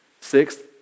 Sixth